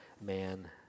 man